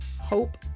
hope